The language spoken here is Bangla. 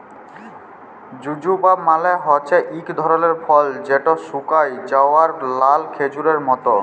জুজুবা মালে হছে ইক ধরলের ফল যেট শুকাঁয় যাউয়া লাল খেজুরের মত